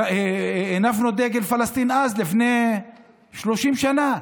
הנפנו דגל פלסטין, אז, לפני 30 שנה.